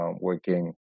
working